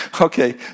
okay